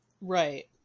right